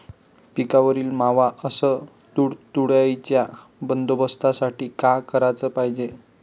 पिकावरील मावा अस तुडतुड्याइच्या बंदोबस्तासाठी का कराच पायजे?